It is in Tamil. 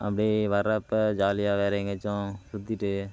அப்படியே வர்ற அப்போ ஜாலியா வேறே எங்கேயாச்சும் சுற்றிட்டு